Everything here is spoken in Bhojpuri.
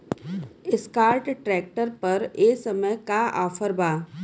एस्कार्ट ट्रैक्टर पर ए समय का ऑफ़र बा?